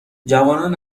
جوانان